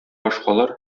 башкалар